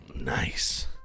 Nice